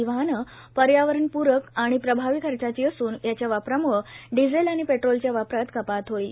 ही वाहनं पर्यावरणप्रक आणि प्रभावी खर्चाची असून याच्या वापरामूळं डिझेल आणि पेट्रोलच्या वापरात कपात होईल